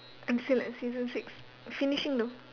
I'm still at season six finishing though